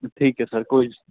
ਠੀਕ ਹੈ ਸਰ ਕੋਈ